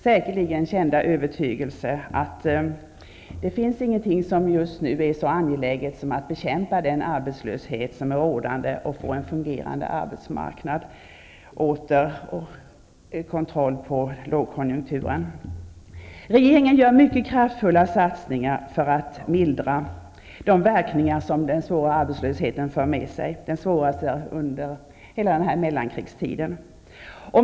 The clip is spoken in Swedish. Säkerligen finns där samma kända övertygelse, nämligen att det just nu inte finns något som är så angeläget som just behovet av att rådande arbetslöshet bekämpas samt av att vi återigen får en fungerande arbetsmarknad och kontroll över lågkonjunkturen. Regeringen gör mycket kraftfulla satsningar för att mildra verkningarna av den nu så svåra arbetslösheten. Ja, den är den svåraste som vi har haft sedan mellankrigstiden.